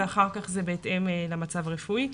ואחר כך זה בהתאם למצב הרפואי.